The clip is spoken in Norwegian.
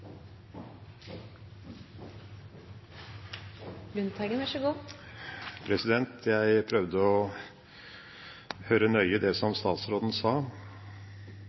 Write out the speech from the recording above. Jeg prøvde å høre nøye etter det som statsråden sa.